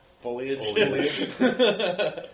Foliage